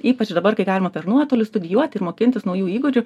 ypač dabar kai galima per nuotolį studijuoti ir mokintis naujų įgūdžių